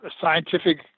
scientific